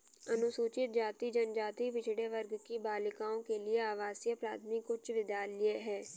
अनुसूचित जाति जनजाति पिछड़े वर्ग की बालिकाओं के लिए आवासीय प्राथमिक उच्च विद्यालय है